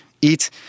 eat